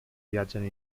viaggiano